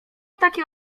takie